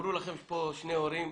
אמרו לכם פה שני הורים,